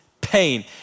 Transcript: pain